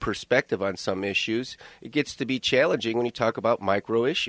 perspective on some issues it gets to be challenging when you talk about micro issue